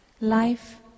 Life